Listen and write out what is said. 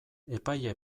epaile